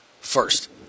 First